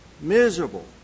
Miserable